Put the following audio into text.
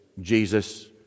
Jesus